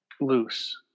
loose